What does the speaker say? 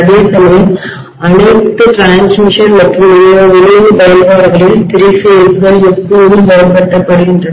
அதேசமயம் அனைத்து பரிமாற்ற டிரான்ஸ்மிஷன் மற்றும் விநியோக பயன்பாடுகளிலும்திரி பேஸ்கள் எப்போதும் பயன்படுத்தப்படுகின்றன